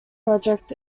project